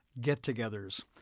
get-togethers